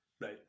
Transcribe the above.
Right